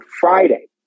Friday